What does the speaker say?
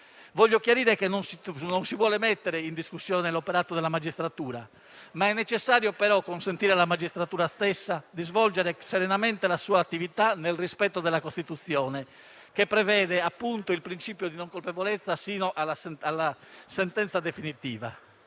Voglio chiarire che non si vuole mettere in discussione l'operato della magistratura, ma è necessario consentirle di svolgere serenamente la propria attività nel rispetto della Costituzione, che prevede appunto il principio di non colpevolezza sino alla sentenza definitiva.